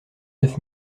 neuf